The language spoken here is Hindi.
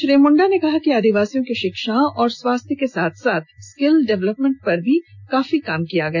श्री मुंडा ने कहा कि आदिवासियों के शिक्षा और स्वास्थ्य को साथ साथ स्किल डेवलपमेंट पर भी काफी काम हुआ